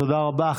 תודה רבה.